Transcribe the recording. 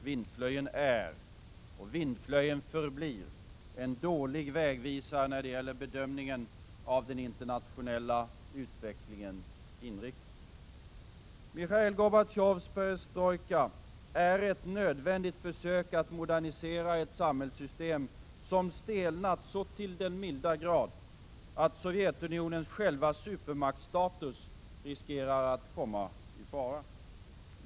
Vindflöjeln är och förblir en dålig vägvisare när det gäller bedömningen av den internationella utvecklingens inriktning. Michail Gorbatjovs ”perestrojka” är ett nödvändigt försök att modernise ra ett samhällssystem som stelnat så till den milda grad att Sovjetunionens själva supermaktstatus riskerar att komma i fara.